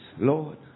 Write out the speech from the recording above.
Lord